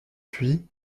puis